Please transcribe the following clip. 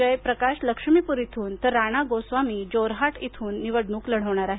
जयप्रकाश लक्ष्मीपुर इथून तर राणा गोस्वामी जोरहाट इथून निवडणूक लढवणार आहेत